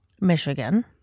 Michigan